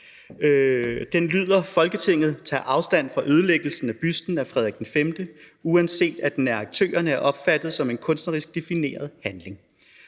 »Folketinget tager afstand fra ødelæggelsen af busten af Frederik V, uanset at den af aktørerne er opfattet som en kunstnerisk defineret handling.